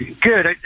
Good